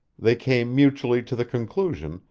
they came mutually to the conclusion,